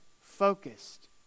focused